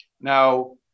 Now